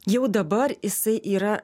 jau dabar jisai yra